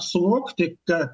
suvokti kad